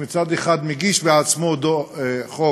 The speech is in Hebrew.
מצד אחד מגיש בעצמו חוק,